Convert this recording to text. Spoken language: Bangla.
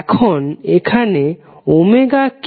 এখন এখানে কি